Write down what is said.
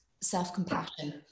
self-compassion